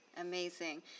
Amazing